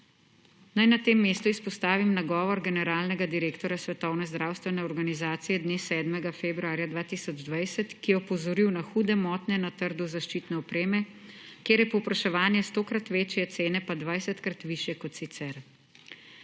Naj na tem mestu izpostavim nagovor generalnega direktorja Svetovne zdravstvene organizacije dne 7. februarja 2020, ki je opozoril na hude motnje na trgu zaščitne opreme, kjer je povpraševanje stokrat večje, cene pa dvajsetkrat višje, ko so sicer.